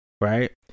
Right